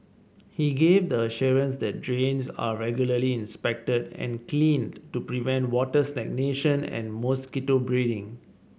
he gave the assurance that drains are regularly inspected and cleaned to prevent water stagnation and mosquito breeding